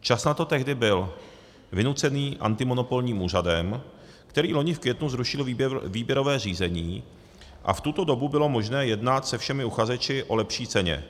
Čas na to tehdy byl vynucený antimonopolním úřadem, který loni v květnu zrušil výběrové řízení, a v tuto dobu bylo možné jednat se všemi uchazeči o lepší ceně.